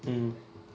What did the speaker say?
mm